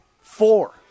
Four